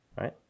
right